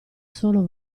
solo